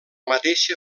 mateixa